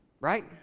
Right